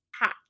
hot